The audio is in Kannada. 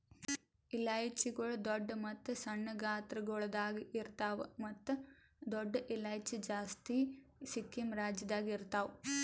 ಇಲೈಚಿಗೊಳ್ ದೊಡ್ಡ ಮತ್ತ ಸಣ್ಣ ಗಾತ್ರಗೊಳ್ದಾಗ್ ಇರ್ತಾವ್ ಮತ್ತ ದೊಡ್ಡ ಇಲೈಚಿ ಜಾಸ್ತಿ ಸಿಕ್ಕಿಂ ರಾಜ್ಯದಾಗ್ ಇರ್ತಾವ್